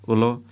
Ulo